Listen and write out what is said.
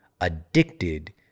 addicted